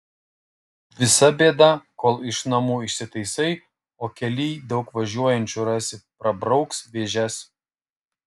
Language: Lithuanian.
visa bėda kol iš namų išsitaisai o kelyj daug važiuojančių rasi prabrauks vėžes